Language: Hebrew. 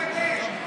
אתה מגן.